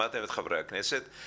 שמעתם את חברי הכנסת.